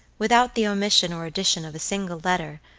without the omission or addition of a single letter,